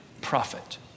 prophet